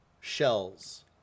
shells